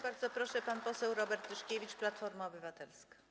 Bardzo proszę, pan poseł Robert Tyszkiewicz, Platforma Obywatelska.